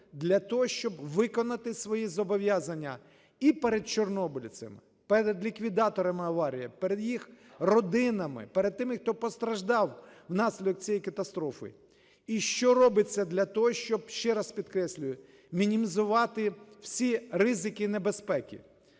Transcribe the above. для того, щоб виконати свої зобов'язання і перед чорнобильцями, перед ліквідаторами аварії, перед їх родинами, перед тими, хто постраждав внаслідок цієї катастрофи, і що робиться для того, щоб, ще раз підкреслюю, мінімізувати всі ризики і небезпеки.